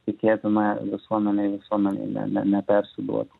tikėtina visuomenei visuomenei ne ne nepersiduotų